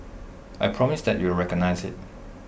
I promise that you will recognise IT